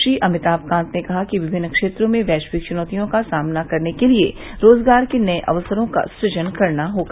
श्री अभिताम कात ने कहा कि विभिन्न क्षेत्रों में वैश्विक चुनौतियों का सामना करने के लिए रोजगार के नये अवसरों का सुजन करना होगा